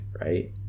right